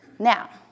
Now